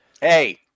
Hey